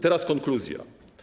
Teraz konkluzja.